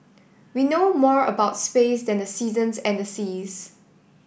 we know more about space than the seasons and the seas